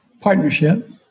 partnership